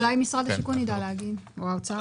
אולי משרד השיכון ידע להגיד או האוצר.